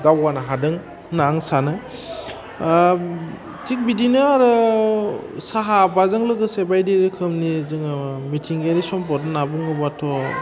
दावगानो हादों होन्ना आं सानो थिग बिदिनो आरो साहा आबादजों लोगोसे बायदि रोखोमनि जोङो मिथिंगायारि सम्पद होन्ना बुङोबाथ'